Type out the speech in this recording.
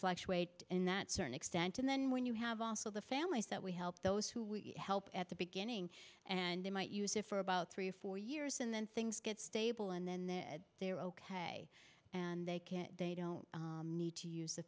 fluctuate in that certain extent and then when you have also the families that we help those who help at the beginning and they might use it for about three or four years and then things get stable and then they're ok and they can they don't need to use the